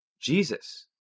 Jesus